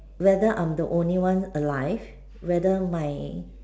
whether I'm the only one alive whether my